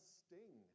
sting